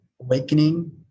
awakening